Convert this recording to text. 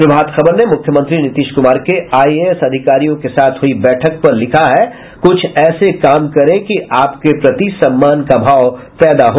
प्रभात खबर ने मुख्यमंत्री नीतीश कुमार के आईएएस अधिकारियों के साथ हुई बैठक पर लिखा है कुछ ऐसे काम करें कि आपके प्रति सम्मान का भाव पैदा हो